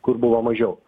kur buvo mažiau